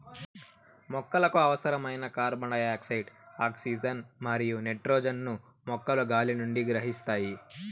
మొక్కలకు అవసరమైన carbon dioxide, oxygen మరియు నైట్రోజన్ ను మొక్కలు గాలి నుండి గ్రహిస్తాయి